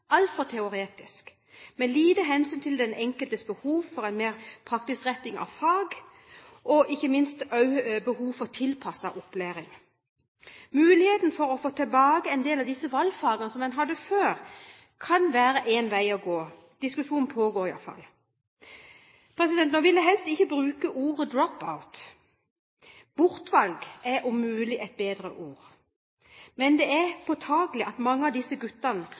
altfor teoretisk, med lite hensyn til den enkeltes behov for mer praktiskrettede fag, og ikke minst også behovet for tilpasset opplæring. Muligheten for å få tilbake en del av valgfagene som en hadde før, kan være én vei å gå. Diskusjonen pågår iallfall. Nå vil jeg helst ikke bruke ordet «dropout» – «bortvalg» er om mulig et bedre ord, men det er påtakelig at mange av disse guttene